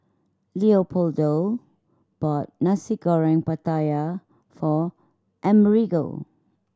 Leopoldo bought Nasi Goreng Pattaya for Amerigo